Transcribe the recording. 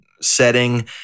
setting